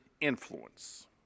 influence